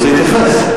24,